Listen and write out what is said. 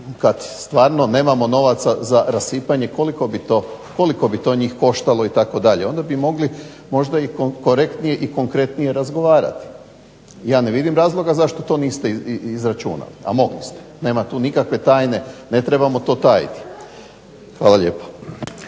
kad stvarno nemamo novaca za rasipanje koliko bi to njih koštalo itd. Onda bi mogli možda i korektnije i konkretnije razgovarati. Ja ne vidim razloga zašto to niste izračunali a mogli ste. Nema tu nikakve tajne. Ne trebamo to tajiti. Hvala lijepo.